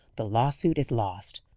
the lawsuit is lost.